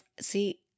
See